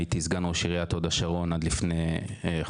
הייתי סגן ראש עיריית הוד השרון עד לפני חודשיים.